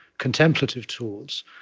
contemplative tools,